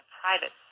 private